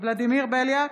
ולדימיר בליאק,